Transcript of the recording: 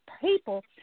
people